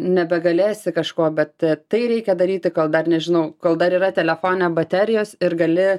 nebegalėsi kažko bet tai reikia daryti kol dar nežinau kol dar yra telefone baterijos ir gali